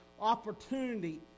opportunity